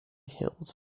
hills